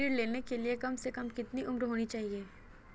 ऋण लेने के लिए कम से कम कितनी उम्र होनी चाहिए?